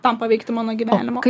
tam paveikti mano gyvenimą